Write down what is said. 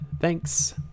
Thanks